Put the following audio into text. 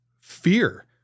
fear